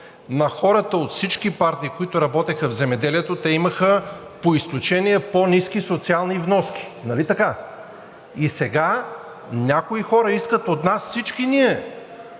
на хората от всички партии, които работеха в земеделието, те имаха по изключение по-ниски социални вноски, нали така? И сега някои хора искат от нас – всички ние,